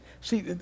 See